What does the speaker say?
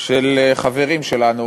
של חברים שלנו,